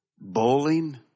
Bowling